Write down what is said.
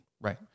Right